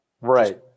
Right